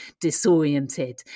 disoriented